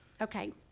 okay